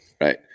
right